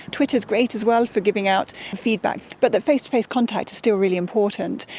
twitter is great as well for giving out feedback. but that face-to-face contact is still really important.